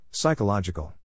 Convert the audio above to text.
Psychological